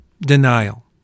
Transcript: Denial